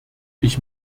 ich